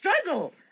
struggle